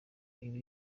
iba